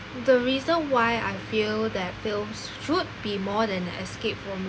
the reason why I feel that films should be more than escape from